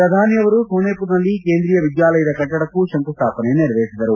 ಪ್ರಧಾನಿಯವರು ಸೋನೆಪುರ್ ನಲ್ಲಿ ಕೇಂದ್ರೀಯ ವಿದ್ಯಾಲಯದ ಕಟ್ಲಡಕ್ಕೂ ಶಂಕುಸ್ಥಾಪನೆ ನೆರವೇರಿಸಿದರು